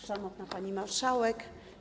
Szanowna Pani Marszałek!